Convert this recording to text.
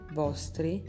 vostri